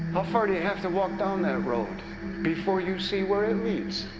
far do you have to walk down that road before you see where it leads?